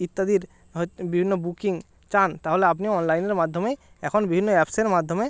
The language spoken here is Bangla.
ইত্যাদির হয়ত বিভিন্ন বুকিং চান তাহলে আপনিও অনলাইনের মাধ্যমেই এখন বিভিন্ন অ্যাপসের মাধ্যমে